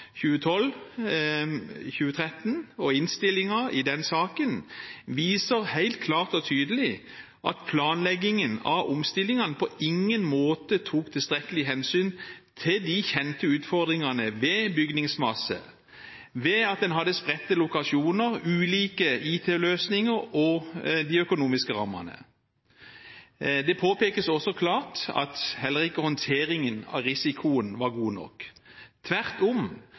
og innstillingen i den saken, viser helt klart og tydelig at planleggingen av omstillingene på ingen måte tok tilstrekkelig hensyn til de kjente utfordringene ved bygningsmasse, ved at en hadde spredte lokasjoner, ulike IKT-løsninger og økonomiske rammer. Det påpekes også klart at heller ikke håndteringen av risikoen var god nok. Tvert om